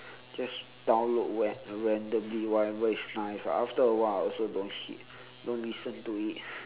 just download ran~ randomly whatever is nice ah after a while I also don't hit don't listen to it